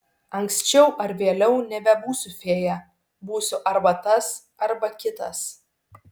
anksčiau ar vėliau nebebūsiu fėja būsiu arba tas arba kitas